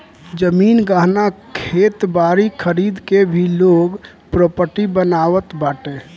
जमीन, गहना, खेत बारी खरीद के भी लोग प्रापर्टी बनावत बाटे